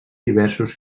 diversos